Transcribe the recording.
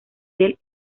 del